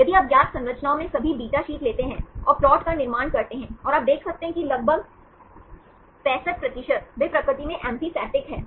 यदि आप ज्ञात संरचनाओं में सभी बीटा शीट लेते हैं और प्लाट का निर्माण करते हैं और आप देख सकते हैं की लगभग 65 प्रतिशत वे प्रकृति में एम्फीपैथिक हैं